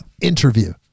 interview